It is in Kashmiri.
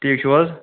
ٹھیٖک چھُو حظ